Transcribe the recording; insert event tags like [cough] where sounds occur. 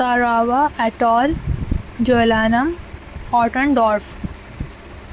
Tarawa [unintelligible] dwarf